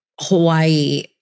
Hawaii